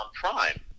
prime